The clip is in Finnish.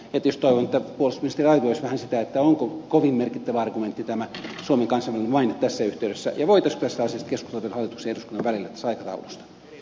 tietysti toivon että puolustusministeri arvioisi vähän sitä onko kovin merkittävä argumentti tämä suomen kansainvälinen maine tässä yhteydessä ja voitaisiinko tästä asiasta keskustella vielä hallituksen ja eduskunnan välillä tästä aikataulusta